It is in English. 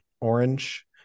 orange